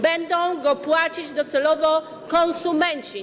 Będą go płacić docelowo konsumenci.